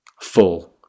full